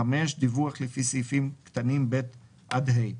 דיווח לפי סעיפים קטנים (ב) עד (ה).